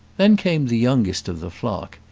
then came the youngest of the flock,